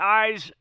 eyes